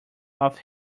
off